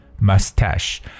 mustache